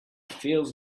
feels